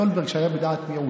סולברג, שהיה בדעת מיעוט,